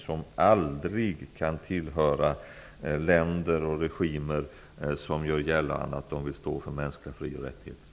Dödsstraffet kan aldrig få förekomma i länder och regimer som gör gällande att de vill stå för mänskliga fri och rättigheter.